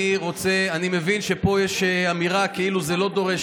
אני מבין שפה יש אמירה כאילו זה לא דורש